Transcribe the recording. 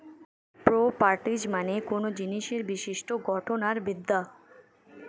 properties মানে কোনো জিনিসের বিশিষ্ট গঠন আর বিদ্যা